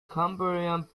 cambrian